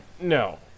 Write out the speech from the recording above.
No